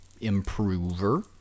improver